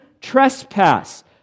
trespass